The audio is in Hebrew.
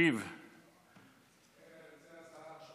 ישיב סגן שר הבריאות.